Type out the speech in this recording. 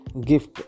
Gift